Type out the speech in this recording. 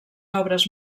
obres